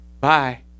bye